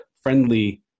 friendly